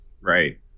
Right